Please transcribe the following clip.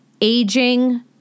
aging